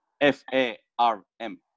F-A-R-M